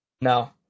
No